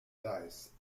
dice